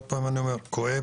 הנושא כואב.